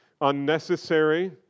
Unnecessary